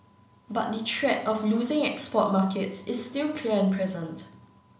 but the threat of losing export markets is still clear and present